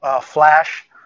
flash